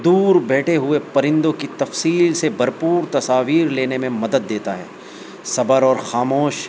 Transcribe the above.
دور بیٹھے ہوئے پرندوں کی تفصیل سے بھرپور تصاویر لینے میں مدد دیتا ہے صبر اور خاموش